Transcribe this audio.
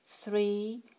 three